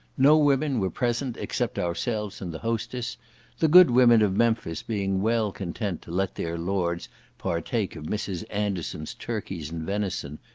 no women were present except ourselves and the hostess the good women of memphis being well content to let their lords partake of mrs. anderson's turkeys and venison,